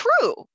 true